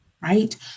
Right